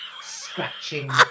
scratching